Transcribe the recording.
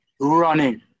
running